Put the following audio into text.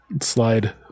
slide